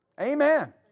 Amen